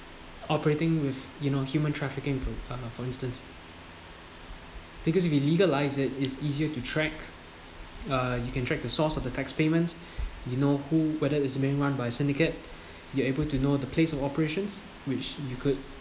operating with you know human trafficking for for instance because if you legalise it is easier to track uh you can track the source of the tax payments you know who whether is being run by syndicate you are able to know the place of operations which you could